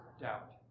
Doubt